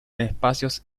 espacios